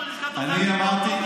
אני אמרתי,